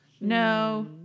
No